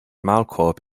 maulkorb